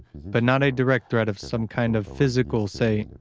but not a direct threat of some kind of physical, say,